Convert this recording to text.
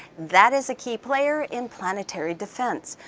that is a key player in planetary defense.